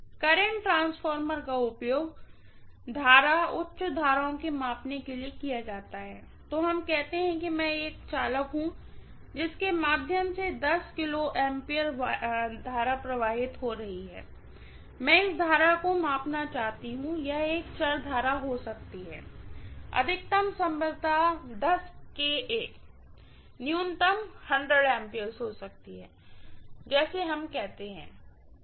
current transformer का उपयोग current उच्च करंटओं के मापन के लिए किया जाता है तो हम कहते हैं मैं एक चालक हूँ जिसके माध्यम से kA प्रवाह हो सकता है और मैं इस करंट को मापना चाहती हूँ यह एक चर करंट हो सकती है अधिकतम संभवतया kA है न्यूनतम A हो सकती है जैसे हम कहते हैं